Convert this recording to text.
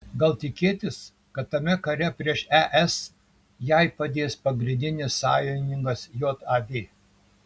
gal tikėtis kad tame kare prieš es jai padės pagrindinis sąjungininkas jav